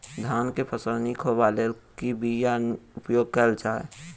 धान केँ फसल निक होब लेल केँ बीया उपयोग कैल जाय?